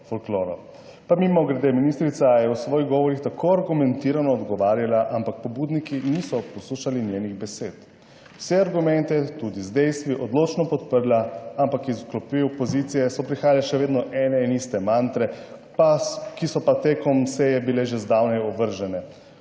mimogrede, ministrica je v svojih govorih tako argumentirano odgovarjala, ampak pobudniki niso poslušali njenih besed. Vse argumente je tudi z dejstvi odločno podprla, ampak iz klopi opozicije so prihajale še vedno ene in iste mantre, pa, ki so pa tekom seje bile že zdavnaj ovržene.